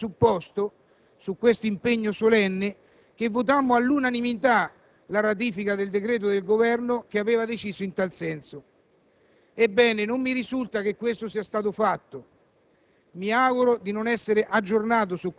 Sempre se non ricordo male, fu su questo presupposto e su questo impegno solenne che votammo all'unanimità la ratifica del decreto del Governo che decideva in tal senso. Non mi risulta che ciò sia stato fatto.